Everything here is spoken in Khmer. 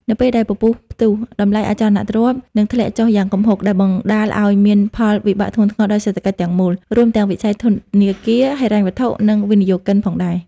នៅពេលដែលពពុះផ្ទុះ តម្លៃអចលនទ្រព្យនឹងធ្លាក់ចុះយ៉ាងគំហុក ដែលបណ្ដាលឲ្យមានផលវិបាកធ្ងន់ធ្ងរដល់សេដ្ឋកិច្ចទាំងមូល រួមទាំងវិស័យធនាគារ ហិរញ្ញវត្ថុ និងវិនិយោគិនផងដែរ។